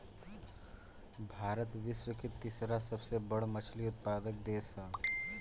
भारत विश्व के तीसरा सबसे बड़ मछली उत्पादक देश ह